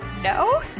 no